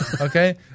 Okay